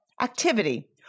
activity